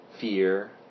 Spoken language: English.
fear